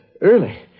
Early